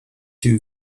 you